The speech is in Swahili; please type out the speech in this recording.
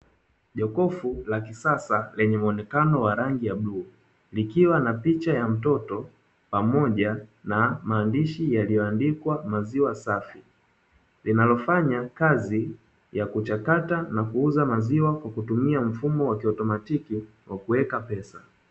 Jokofu la kisasa lenye muonekano wa rangi ya bluu, likiwa na picha ya mtoto pamoja na maandishi yaliyoandikwa "maziwa safi", linalofanya kazi ya kuchakata na kuuza maziwa kwa kutumia mfumo wa kiautomatiki wa kuweka pesa.